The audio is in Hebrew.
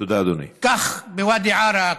כך בוואדי עארה,